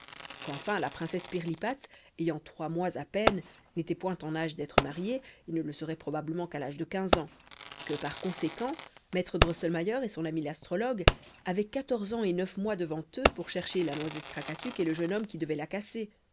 qu'enfin la princesse pirlipate ayant trois mois à peine n'était point en âge d'être mariée et ne le serait probablement qu'à l'âge de quinze ans que par conséquent maître drosselmayer et son ami l'astrologue avaient quatorze ans et neuf mois devant eux pour chercher la noisette krakatuk et le jeune homme qui devait la casser